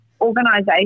organization